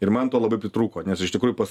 ir man to labai pritrūko nes iš tikrųjų pas